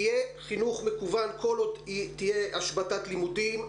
יהיה חינוך מקוון כל עוד תהיה השבתת לימודים,